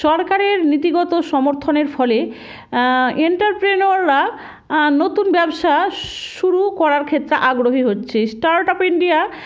সরকারের নীতিগত সমর্থনের ফলে অঁতেপ্রনিয়ররা নতুন ব্যবসা শুরু করার ক্ষেত্রে আগ্রহী হচ্ছে স্টার্ট আপ ইন্ডিয়া